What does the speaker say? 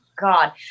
God